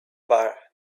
bar